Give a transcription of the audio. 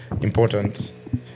important